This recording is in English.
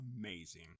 amazing